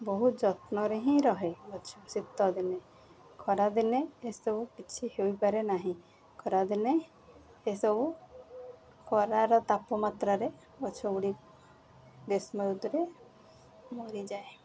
ବହୁତ ଯତ୍ନରେ ହିଁ ରୁହେ ଗଛ ଶୀତଦିନେ ଖରାଦିନେ ଏସବୁ କିଛି ହେଇପାରେ ନାହିଁ ଖରାଦିନେ ଏସବୁ ଖରାର ତାପମାତ୍ରାରେ ଗଛଗୁଡ଼ିିକ ଗ୍ରୀଷ୍ମଋତୁରେ ମରିଯାଏ